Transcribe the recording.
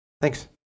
Thanks